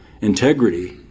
integrity